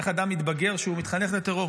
איך אדם מתבגר כשהוא מתחנך לטרור?